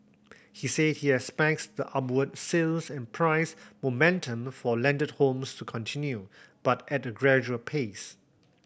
he said he expects the upward sales and price momentum for landed homes to continue but at a gradual pace